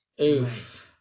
Oof